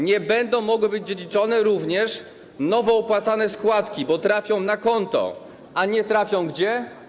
Nie będą mogły być dziedziczone również nowo opłacane składki, bo trafią na konto, a nie trafią gdzie?